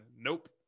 nope